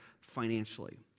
financially